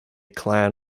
clan